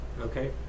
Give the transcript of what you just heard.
Okay